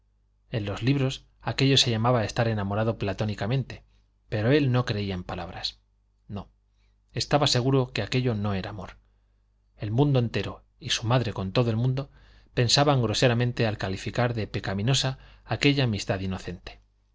en los libros aquello se llamaba estar enamorado platónicamente pero él no creía en palabras no estaba seguro que aquello no era amor el mundo entero y su madre con todo el mundo pensaban groseramente al calificar de pecaminosa aquella amistad inocente